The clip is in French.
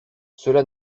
cela